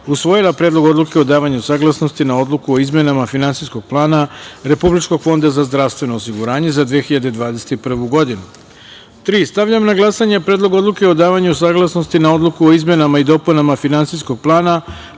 usvojila Predlog odluke o davanju saglasnosti na Odluku o izmenama i dopunama Finansijskog plana Fonda za socijalno osiguranje vojnih osiguranika za 2021. godinu.4. Stavljam na glasanje Predlog odluke o davanju saglasnosti na Odluku o izmenama i dopunama Finansijskog plana